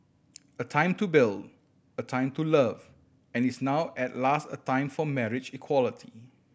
a time to build a time to love and is now at last a time for marriage equality